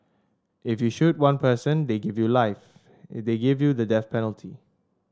if you shoot one person they give you life they give you the death penalty